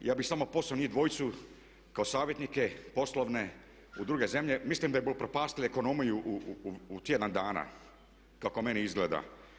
Ja bih samo poslao njih dvojicu kao savjetnike poslovne u druge zemlje, mislim da bi upropastili ekonomiju u tjedan dana kako meni izgleda.